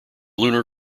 lunar